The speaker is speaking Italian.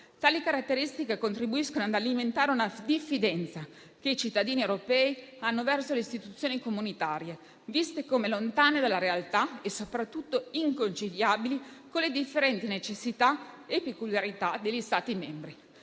Tali caratteristiche contribuiscono ad alimentare la diffidenza che i cittadini europei hanno verso le istituzioni comunitarie, viste come lontane dalla realtà e soprattutto inconciliabili con le differenti necessità e peculiarità degli Stati membri.